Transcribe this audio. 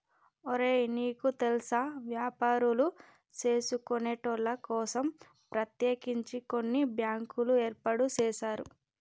ఒరే నీకు తెల్సా వ్యాపారులు సేసుకొనేటోళ్ల కోసం ప్రత్యేకించి కొన్ని బ్యాంకులు ఏర్పాటు సేసారు